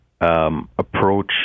approach